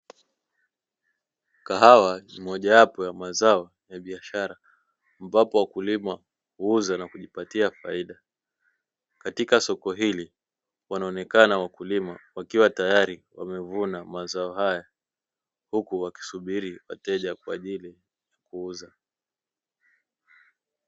Kahawa ni mojawapo ya mazao ya biashara, ambapo wakulima huuza na kujipatia faida. Katika soko hili wanaonekana wakulima wakiwa tayari wamevuna mazao haya, huku wakisubiri wateja kwa ajili ya kuuza.